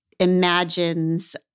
imagines